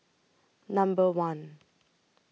Number one